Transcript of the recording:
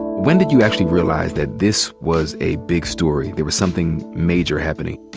when did you actually realize that this was a big story, there was something major happening?